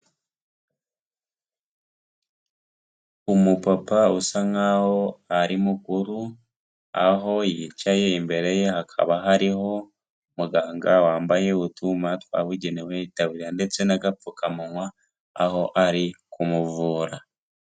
Umupapa usa nkaho ari mukuru, aho yicaye imbere ye hakaba hariho muganga wambaye utwuma twabugenewe, itabiriya ndetse n'agapfukamunywa, aho ari kumuvura.